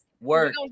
Work